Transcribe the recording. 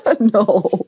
No